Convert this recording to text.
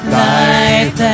life